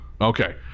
okay